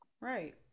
right